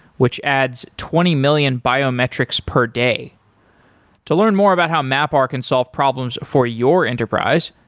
which adds twenty million biometrics per day to learn more about how mapr can solve problems for your enterprise,